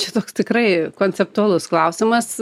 čia toks tikrai konceptualus klausimas